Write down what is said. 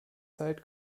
zeit